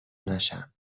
نشم